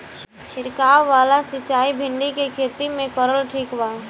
छीरकाव वाला सिचाई भिंडी के खेती मे करल ठीक बा?